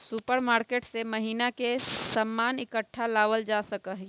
supermarket से महीना के सामान इकट्ठा लावल जा सका हई